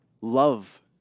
Love